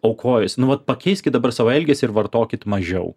aukojies nu vat pakeiskit dabar savo elgesį ir vartokit mažiau